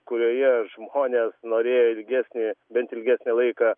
kurioje žmonės norėjo ilgesnį bent ilgesnį laiką